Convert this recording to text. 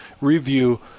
review